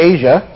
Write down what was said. Asia